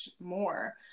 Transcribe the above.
more